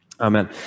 Amen